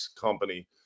company